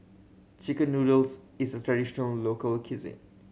chicken noodles is a traditional local cuisine